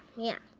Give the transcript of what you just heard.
yeah.